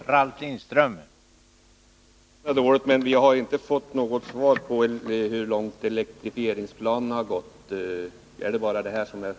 Herr talman! Jag kanske har lyssnat dåligt, men jag tror inte att jag har fått något svar på frågan hur långt elektrifieringsplanerna har kommit.